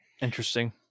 Interesting